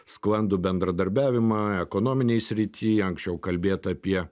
sklandų bendradarbiavimą ekonominėj srity anksčiau kalbėta apie